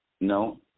No